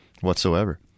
whatsoever